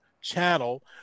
channel